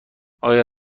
آیا